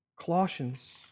Colossians